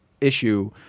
issue